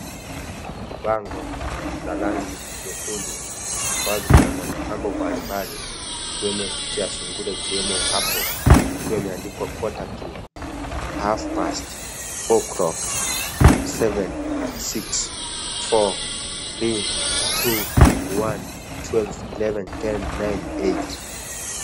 Bango la rangi nyekundu ambalo liko na mapambo mbalimbali ikiwemo picha ya sungura ikiwemo hapo ikiwa imeandikwa (cs) quarter to, half past, o'clock ,seven, six ,four, three ,two, one, twelve ,eleven, ten, nine, eight(cs).